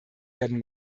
werden